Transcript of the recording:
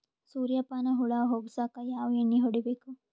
ಸುರ್ಯಪಾನ ಹುಳ ಹೊಗಸಕ ಯಾವ ಎಣ್ಣೆ ಹೊಡಿಬೇಕು?